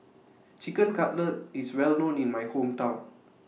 Chicken Cutlet IS Well known in My Hometown